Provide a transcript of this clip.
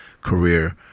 Career